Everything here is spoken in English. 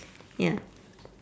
ya